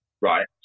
right